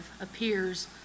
appears